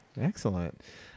Excellent